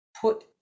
Put